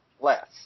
less